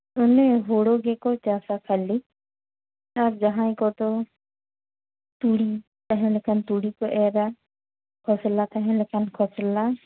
ᱤᱱᱟᱹ ᱦᱩᱲᱩ ᱜᱮᱠᱚ ᱪᱟᱥᱟ ᱠᱷᱟᱹᱞᱤ ᱟᱨ ᱡᱟᱦᱟᱸᱭ ᱠᱚᱫᱚ ᱛᱩᱲᱤ ᱛᱟᱦᱮᱸᱞᱮᱱᱠᱷᱟᱱ ᱛᱩᱲᱤ ᱠᱚ ᱮᱨᱟ ᱠᱷᱚᱥᱚᱞᱟ ᱛᱟᱦᱮᱸᱞᱮᱱᱠᱷᱟᱱ ᱠᱚᱥᱚᱞᱟ